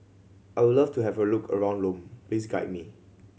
I would love to have a look around Lome please guide me